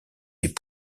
des